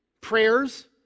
prayers